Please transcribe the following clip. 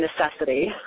necessity